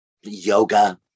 yoga